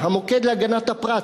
"המוקד להגנת הפרט",